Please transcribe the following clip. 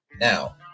Now